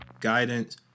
guidance